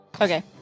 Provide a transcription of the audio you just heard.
Okay